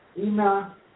Ina